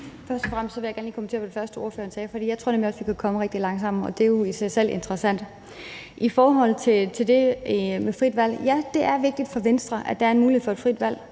Først og fremmest vil jeg gerne lige kommentere det første, ordføreren sagde, og sige, at jeg nemlig også tror, at vi kan komme rigtig langt sammen, og det er jo i sig selv interessant. I forhold til det med frit valg: Ja, det er vigtigt for Venstre, at der er mulighed for frit valg.